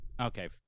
Okay